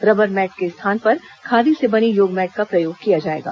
rubber mat के स्थान पर खादी से बनी योग मैट का प्रयोग किया जाएगा